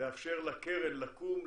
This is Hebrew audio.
לאפשר לקרן לקום,